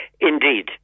Indeed